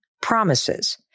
promises